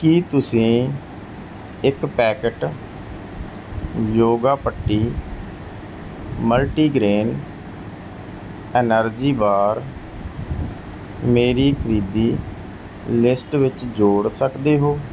ਕੀ ਤੁਸੀਂ ਇੱਕ packet Yoga ਪੱਟੀ ਮਲਟੀਗ੍ਰੇਨ ਐਨਰਜੀ ਬਾਰ ਮੇਰੀ ਖਰੀਦੀ ਲਿਸਟ ਵਿੱਚ ਜੋੜ ਸਕਦੇ ਹੋ